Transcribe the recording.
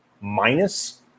minus